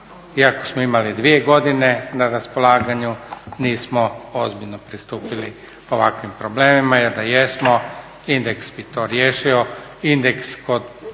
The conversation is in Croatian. iako smo imali dvije godine na raspolaganju nismo ozbiljno pristupili ovakvim problemima, jer da jesmo indeks bi to riješio, indeks kod